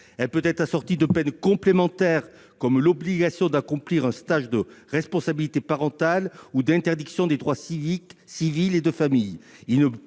Elle peut être assortie de peines complémentaires, comme l'obligation d'accomplir un stage de responsabilité parentale ou l'interdiction des droits civiques, civils et de famille.